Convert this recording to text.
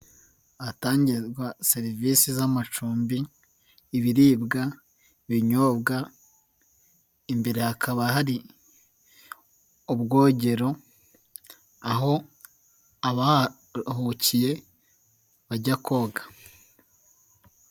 Ahatangirwa serivisi z'amacumbi, ibiribwa, ibinyobwa, imbere hakaba hari ubwogero, aho abaharuhukiye bajya koga.